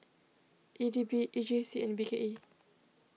E D B E J C and B K E